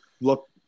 look